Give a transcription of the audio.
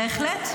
בהחלט.